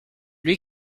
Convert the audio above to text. lui